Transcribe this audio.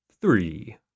three